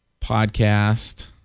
Podcast